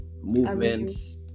movements